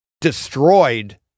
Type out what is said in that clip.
destroyed